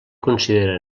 considera